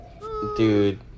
dude